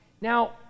Now